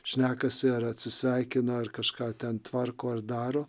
šnekasi ar atsisveikina ar kažką ten tvarko ar daro